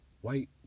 white